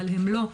אבל הם לא,